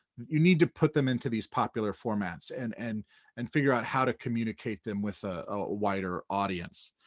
you need to put them into these popular formats and and and figure out how to communicate them with a wider audience.